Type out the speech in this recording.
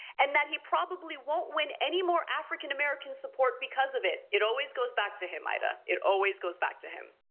and that he probably won't win any more african american support because of it. it always goes back to him, aida, it always goes back to him.